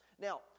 Now